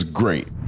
great